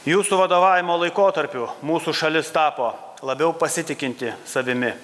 jūsų vadovavimo laikotarpiu mūsų šalis tapo labiau pasitikinti savimi